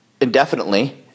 indefinitely